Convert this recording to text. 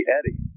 Eddie